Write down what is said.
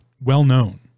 well-known